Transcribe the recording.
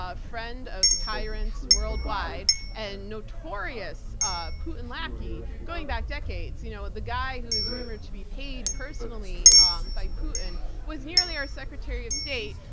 ah friend of tyrants worldwide and notorious ah putin lackey going back decades. you know the guy who is rumored to be paid personally um by putin was nearly our secretary of state.